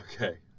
Okay